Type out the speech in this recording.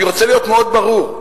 אני רוצה להיות מאוד ברור.